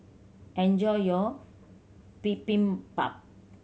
enjoy your Bibimbap